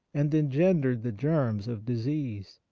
and engendered the germs of disease.